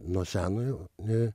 nuo senojo i